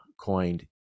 coined